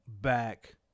back